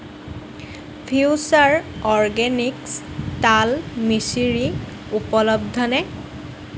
future organics তাল মিচিৰি উপলব্ধ নে